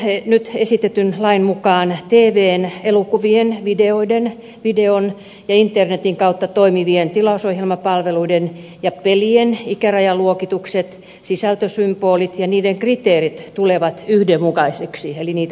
tämän nyt esitetyn lain mukaan tvn elokuvien videon ja internetin kautta toimivien tilausohjelmapalveluiden ja pelien ikärajaluokitukset sisältösymbolit ja niiden kriteerit tulevat yhdenmukaisiksi eli niitä yhdenmukaistetaan